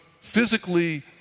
physically